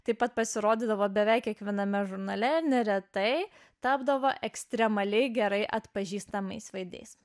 taip pat pasirodydavo beveik kiekviename žurnale neretai tapdavo ekstremaliai gerai atpažįstamais vaizdais